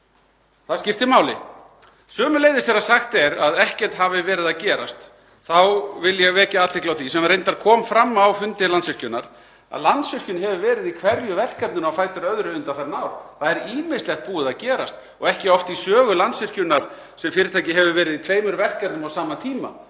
Það skiptir máli. Sömuleiðis þegar sagt er að ekkert hafi verið að gerast þá vil ég vekja athygli á því, sem reyndar kom fram á fundi Landsvirkjunar, að Landsvirkjun hefur verið í hverju verkefninu á fætur öðru undanfarin ár. Það er ýmislegt búið að gerast og ekki oft í sögu Landsvirkjunar sem fyrirtæki hefur verið í tveimur verkefnum á sama tíma